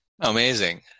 Amazing